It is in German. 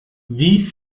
wie